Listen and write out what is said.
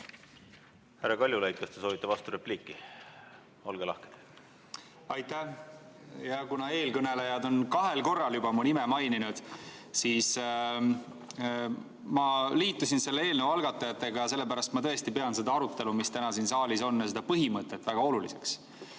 Härra Kaljulaid, kas te soovite vasturepliiki? Olge lahke! Aitäh! Kuna eelkõnelejad on juba kahel korral mu nime maininud, siis ma [selgitan, et] liitusin selle eelnõu algatajatega sellepärast, et ma tõesti pean seda arutelu, mis täna siin saalis on, ja seda põhimõtet väga oluliseks.